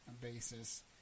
basis